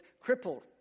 crippled